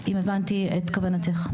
אם הבנתי את כוונתך.